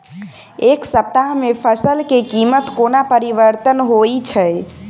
एक सप्ताह मे फसल केँ कीमत कोना परिवर्तन होइ छै?